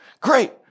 Great